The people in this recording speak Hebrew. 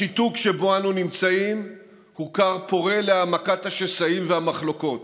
השיתוק שבו אנו נמצאים הוא כר פורה להעמקת השסעים והמחלוקות.